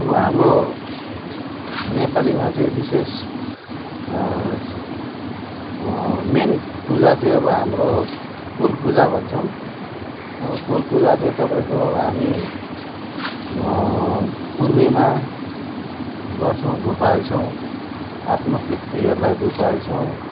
अब हाम्रो नेपालीमा चाहिँ विशेष मेन पूजा चाहिँ अब हाम्रो कुल पूजा भन्छौँ कुल पूजा चाहिँ तपाईँको हामी पूर्णिमा गर्छौँ धुप हाल्छौँ आफ्नो पितृहरूलाई धुप हाल्छौँ